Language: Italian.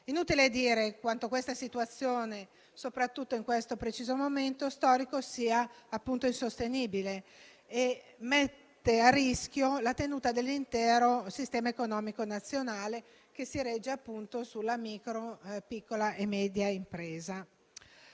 inutile dire quanto questa situazione, soprattutto in questo preciso momento storico, sia insostenibile e metta a rischio la tenuta dell'intero sistema economico nazionale, che si regge appunto sulla micro, piccola e media impresa.